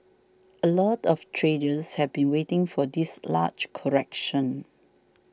a lot of traders have been waiting for this large correction